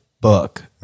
book